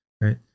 Right